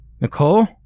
Nicole